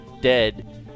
dead